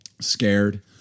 scared